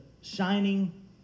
shining